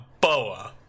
Boa